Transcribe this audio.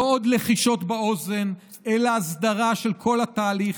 לא עוד לחישות באוזן אלא הסדרה של כל התהליך,